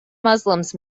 muslims